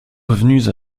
revenus